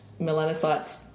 melanocytes